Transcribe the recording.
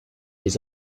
les